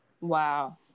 wow